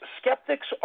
skeptics